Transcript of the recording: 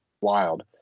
wild